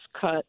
cut